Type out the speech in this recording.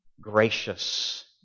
gracious